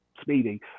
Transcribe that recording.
speeding